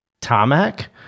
Tarmac